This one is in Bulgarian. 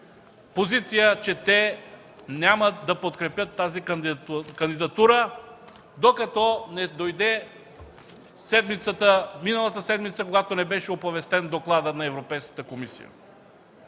позиция, че те няма да подкрепят тази кандидатура, докато не дойде миналата седмица, когато ни беше оповестен докладът на Европейската комисия.